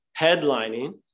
headlining